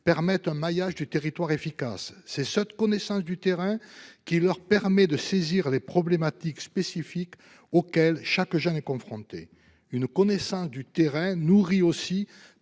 permettent un maillage efficace du territoire. Cette connaissance du terrain leur permet de saisir les problématiques spécifiques auxquelles chaque jeune est confronté. Leur connaissance du terrain est nourrie, aussi,